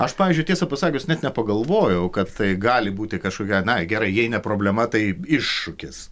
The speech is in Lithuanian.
aš pavyzdžiui tiesą pasakius net nepagalvojau kad tai gali būti kažkokia na gerai jei ne problema tai iššūkis